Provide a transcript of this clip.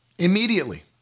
Immediately